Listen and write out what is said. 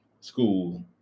school